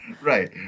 Right